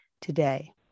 today